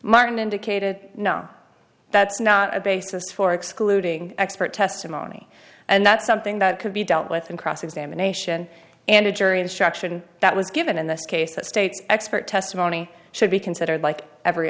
martin indicated no that's not a basis for excluding expert testimony and that's something that could be dealt with in cross examination and a jury instruction that was given in this case that state's expert testimony should be considered like every